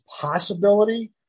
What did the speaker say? possibility